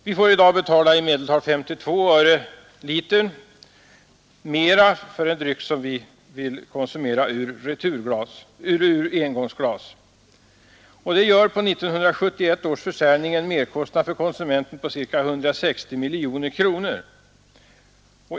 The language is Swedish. Vi får i dag betala i medeltal 52 öre litern mera för den dryck som vi vill konsumera i engångsglas. Det gör på 1971 års försäljning en merkostnad för konsumenten på ca 160 miljoner kronor.